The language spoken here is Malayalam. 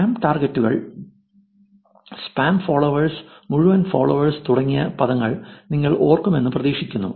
സ്പാം ടാർഗെറ്റുകൾ സ്പാം ഫോളോവേഴ്സ് മുഴുവൻ ഫോളോവേഴ്സ് തുടങ്ങിയ പദങ്ങൾ നിങ്ങൾ ഓർക്കുമെന്ന് പ്രതീക്ഷിക്കുന്നു